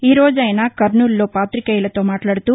ఈ రోజు ఆయన కర్నూలులో పాతికేయులతో మాట్లాడుతూ